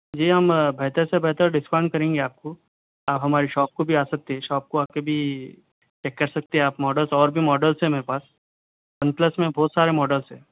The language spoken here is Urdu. جی ہم بہتر سے بہتر ڈسکاؤنٹ کریں گے آپ کو آپ ہماری شاپ کو بھی آ سکتے ہیں شاپ کو آ کے بھی چیک کر سکتے ہیں آپ ماڈلس اور بھی ماڈلس ہیں میرے پاس ون پلس میں بہت سارے ماڈلس ہیں